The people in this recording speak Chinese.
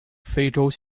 非洲